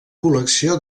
col·lecció